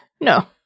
No